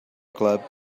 club